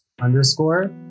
underscore